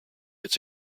its